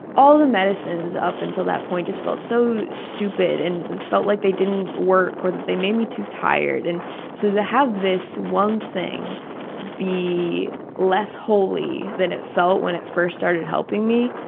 all the medicines up until that point just felt so stupid and felt like they didn't work or they made me too tired. and so to have this one thing be less holy than it felt when it first started helping me,